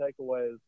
takeaways